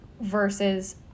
versus